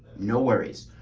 no worries.